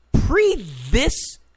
pre-this